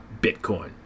Bitcoin